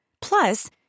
Plus